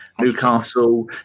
Newcastle